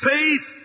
Faith